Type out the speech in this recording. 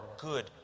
good